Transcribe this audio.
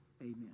Amen